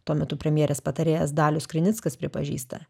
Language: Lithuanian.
tuo metu premjerės patarėjas dalius krinickas pripažįsta